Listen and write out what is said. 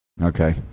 Okay